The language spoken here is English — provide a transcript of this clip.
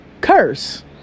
curse